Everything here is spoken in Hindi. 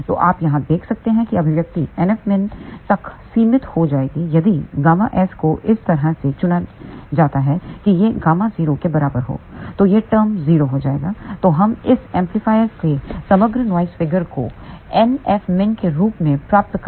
तो आप यहाँ देख सकते हैं कि यह अभिव्यक्ति NFmin तक सीमित हो जाएगी यदि ΓS को इस तरह से चुना जाता है कि यह Γ0 के बराबर हो तो यह टर्म 0 हो जाएगा तो हम इस एम्पलीफायर के समग्र नॉइस फिगर NOISE FIGURE को NF min के रूप में प्राप्त कर सकते हैं